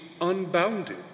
unbounded